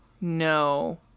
No